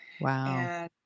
Wow